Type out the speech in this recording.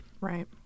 Right